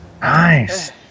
Nice